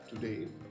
today